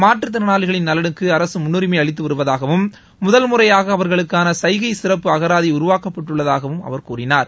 மாற்றுத்திறனாளிகளின் நலனுக்கு அரசு முன்னுரிமை அளித்து வருவதாகவும் முதல்முறையாக அவர்களுக்கான சைகை சிறப்பு அகராதி உருவாக்கப்பட்டுள்ளதாகவும் அவர் கூறினார்